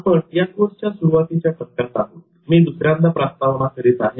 आपण या कोर्सच्या सुरुवातीच्या टप्प्यात आहोत मी दुसऱ्यांदा प्रस्तावना करीत आहे